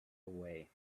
away